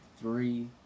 three